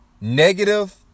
negative